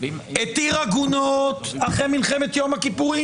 התיר עגונות אחרי מלחמת יום הכיפורים.